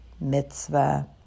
mitzvah